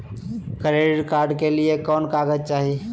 Credit card के लिए कौन कागज चाही?